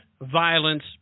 violence